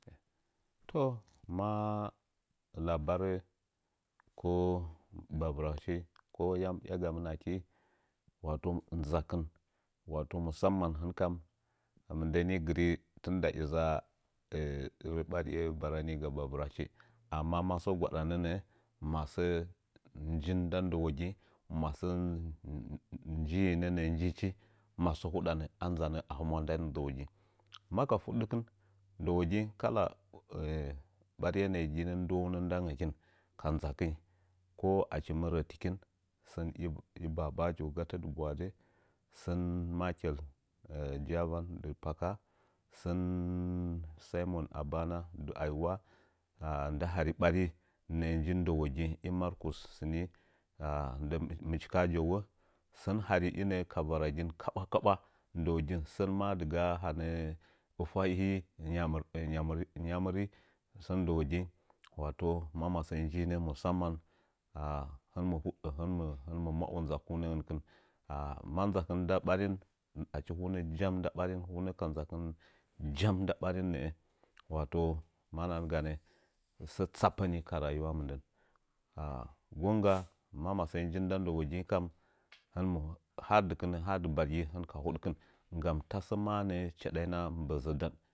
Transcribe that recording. Toh maa labar ko bavtrachi yam iyagamɨn aki wa to ndzakɨn wato musam hɨkɨn mɨndə ni gɨri tɨnda iza ələ ɓariye barani ga bavirakɨn amma sa bara nənə'ə səə nji ndan ndəwo ying ma sə njiinə nə'ə njichi masə hudə a dzanə ahɨmwa nda ndəwoging maka fudkɨn ndəwoging kala ɓariye nə'ə ginə ndrwounən ndangəkɨn ka dzakang ko achi mɨ rətikin sən babajo gatə dɨ bwadə sən methal javan dɨ pakka sən simon abana dɨ myuwa nda hari ɓari inə'ə nji dəwəging nda markus sɨni dɨ mɨchi kyewo sən hari inə'ə ka varagin kaɓwa kaɓwa gəkin sən maa diga hanə ifwahi ngyam ngyamɨri sən ndəwoging wato ma masəəa njinə musaman hɨn mɨ hubə hɨn mh ma'o nzakunə ngəkɨn a ma nzakɨn nda ɓari achi hunə jaun nda ɓarin hunə ka dzakɨn jam nda ɓarin nə'ə wato manahan ganə sə tsapəni ka rayiwa mɨndən gəngga ma masəə njin nda ndəwəging kam hin hadɨkɨnə haa dɨbargi hɨnka hudkɨn nggam tasə maa nə'ə chaɗaina mɓəzə ndan